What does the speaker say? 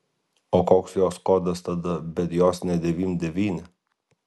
o koks jos kodas tada bet jos ne devym devyni